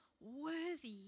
worthy